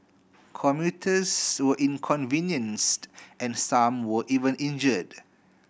commuters were inconvenienced and some were even injured